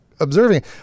Observing